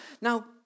Now